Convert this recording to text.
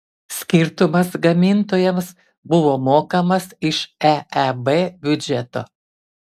skirtumas gamintojams buvo mokamas iš eeb biudžeto